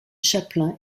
chapelain